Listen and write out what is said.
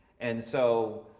and so,